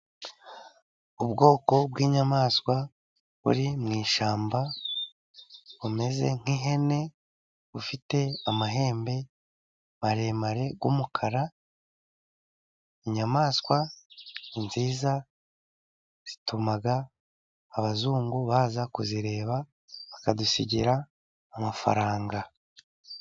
Ubwoko bw'inyamaswa buri mu ishyamba, bumeze nk'ihene, bufite amahembe maremare y'umukara. Inyamaswa ni nziza zituma abazungu baza kuzireba, bakadusigira amafaranga.